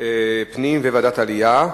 הפנים וועדת העלייה,